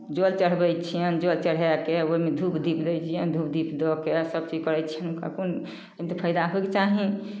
जल चढ़बै छियनि जल चढ़ाए कऽ ओहिमे धूप दीप दै छियनि धूप दीप दऽ कऽ सभचीज करै छियनि हुनका कोन एहिमे तऽ फाइदा होयके चाही